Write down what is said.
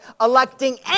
electing